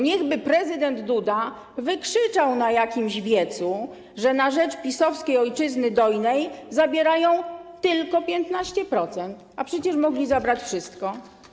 Niechby prezydent Duda wykrzyczał na jakimś wiecu, że na rzecz PiS-owskiej ojczyzny dojnej zabierają tylko 15%, a przecież mogli zabrać wszystko.